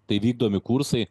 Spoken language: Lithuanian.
tai vykdomi kursai